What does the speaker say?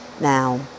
now